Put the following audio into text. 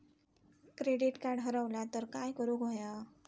Credit card हरवला तर काय करुक होया?